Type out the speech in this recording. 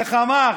איך אמר?